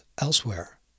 elsewhere